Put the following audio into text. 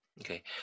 Okay